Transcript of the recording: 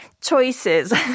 choices